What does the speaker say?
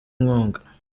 inkunga